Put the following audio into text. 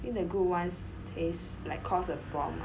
I think the good ones taste like cost a bomb